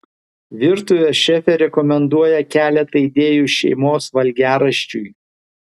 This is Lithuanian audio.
virtuvės šefė rekomenduoja keletą idėjų šeimos valgiaraščiui